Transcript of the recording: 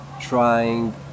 trying